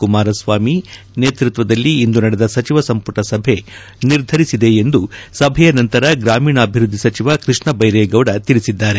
ಕುಮಾರಸ್ವಾಮಿ ನೇತೃತ್ವದಲ್ಲಿಂದು ನಡೆದ ಸಚಿವ ಸಂಪುಟ ಸಭೆ ನಿರ್ಧರಿಸಿದೆ ಎಂದು ಸಭೆಯ ನಂತರ ಗ್ರಾಮೀಣಾಭಿವೃದ್ದಿ ಸಚಿವ ಕೃಷ್ಣ ದೈರೇಗೌಡ ತಿಳಿಸಿದ್ದಾರೆ